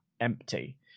empty